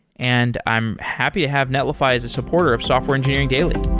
and i'm happy to have netlify as a supporter of software engineering daily